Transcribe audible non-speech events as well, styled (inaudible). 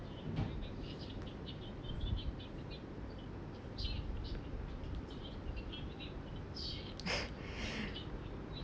(laughs)